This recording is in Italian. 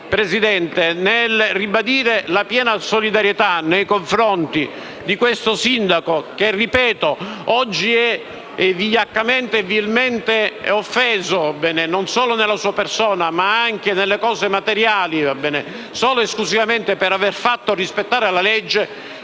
Presidente, nel ribadire la piena solidarietà nei confronti di questo sindaco, che è stato vigliaccamente e vilmente offeso, non solo nella sua persona, ma anche nelle cose materiali, solo ed esclusivamente per aver fatto rispettare la legge,